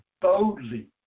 boldly